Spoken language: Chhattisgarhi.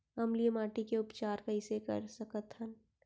अम्लीय माटी के उपचार कइसे कर सकत हन?